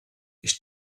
ich